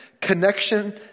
connection